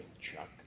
Chuck